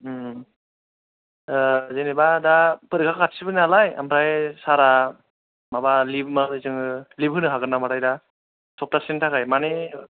जेनेबा दा फरिखा खाथिबो नालाय ओमपाय सारा माबा लिभ होनो हागोन नामाथाय दा सप्तासेनि थाखाय मानि